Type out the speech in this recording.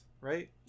right